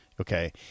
okay